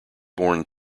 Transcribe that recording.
born